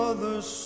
Others